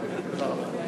תודה.